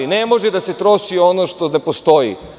Ne može da se troši ono što ne postoji.